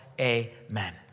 amen